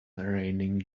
raining